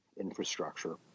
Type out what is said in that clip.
infrastructure